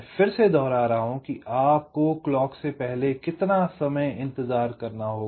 फिर से मैं दोहरा रहा हूं कि आपको क्लॉक से पहले कितना समय इंतजार करना होगा